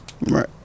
Right